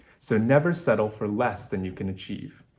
so never settle for less than you can achieve.